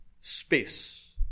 space